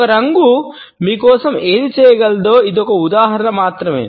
ఒక రంగు మీ కోసం ఏమి చేయగలదో ఇది ఒక ఉదాహరణ మాత్రమే